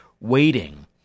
waiting